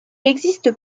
existe